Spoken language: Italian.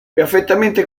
perfettamente